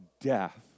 death